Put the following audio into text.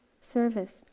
service